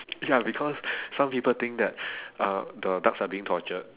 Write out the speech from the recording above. ya because some people think that uh the ducks are being tortured